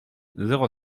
zéro